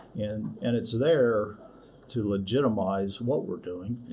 and and it's there to legitimize what we're doing,